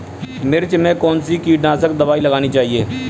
मिर्च में कौन सी कीटनाशक दबाई लगानी चाहिए?